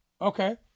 Okay